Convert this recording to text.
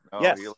Yes